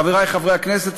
חברי חברי הכנסת,